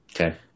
Okay